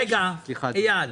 אייל,